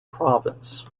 province